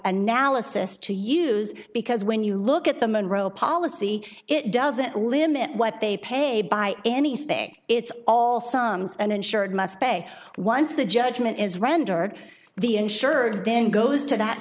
analysis to use because when you look at the monroe policy it doesn't limit what they pay by anything it's all sons and insured must pay once the judgment is rendered the insured then goes to that